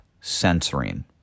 censoring